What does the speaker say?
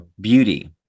beauty